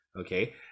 okay